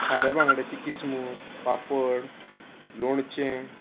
खारें बांगड्यांची किसमूर पापड लोणचें